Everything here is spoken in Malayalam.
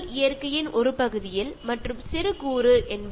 ഇതിൽ പറയുന്നത് നിങ്ങൾ പ്രകൃതിയുടെ ഒരു ഭാഗമാണ്